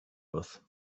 earth